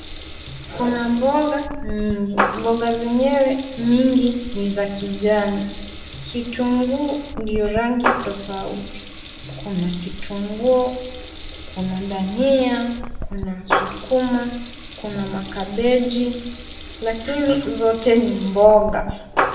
Kuna mboga nyingi. Mboga zenyewe nyingi ni za kijani. Kitunguu ndio rangi tofauti. Kuna kitunguu, kuna dania, kuna sukuma, kuna makabeji lakini zote ni mboga.